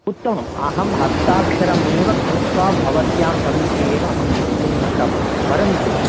उत्तमम् अहं हस्ताक्षरमेव कृत्वा भवत्याः समीपे एव अहं लेखितुं दत्तवान् परन्तु